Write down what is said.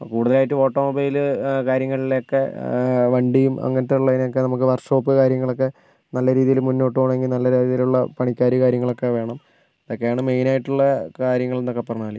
ഇപ്പോൾ കൂടുതലായിട്ടും automobile കാര്യങ്ങളിലൊക്കെ വണ്ടിയും അങ്ങനത്തെ ഉള്ളതിനൊക്കെ നമുക്ക് വർഷോപ്പ് കാര്യങ്ങളൊക്കെ നല്ല രീതിയിൽ മുന്നോട്ടുപോകണമെങ്കിൽ നല്ല രീതിയിലുള്ള പണിക്കാർ കാര്യങ്ങളൊക്കെ വേണം ഇതൊക്കെയാണ് മെയിൻ ആയിട്ടുള്ള കാര്യങ്ങളെന്നൊക്കെ പറഞ്ഞാൽ